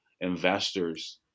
investors